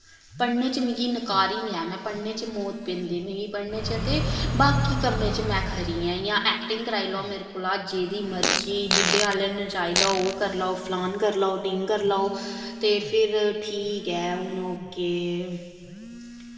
पढ़ने च मिकी नकारी ऐ मैं पढ़ने च मौत पौंदी मिकी पढ़ने च ते बाकी कम्में च मैं खरी ऐं इ'यां एक्टिंग कराई लाओ मेरे कोला जेह्दी मर्जी बुड्ढे आह्ले नचाई लाओ ओह् करी लाओ फलान करी लाओ ढीन करी लाओ ते फिर ठीक ऐ हून ओके